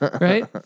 Right